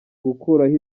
gukuraho